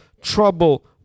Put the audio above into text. trouble